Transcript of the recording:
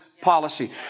Policy